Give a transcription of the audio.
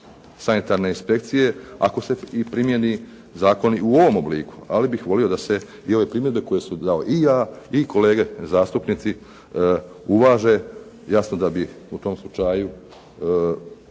sanitarne inspekcije ako se i primijeni zakon i u ovom obliku, ali bih volio da se i ove primjedbe koje sam dao i ja i kolege zastupnici, uvaže, jasno da bi u tom slučaju